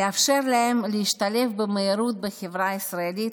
לאפשר להם להשתלב במהירות בחברה הישראלית